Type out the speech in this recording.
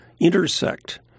intersect